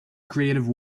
creative